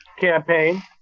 campaign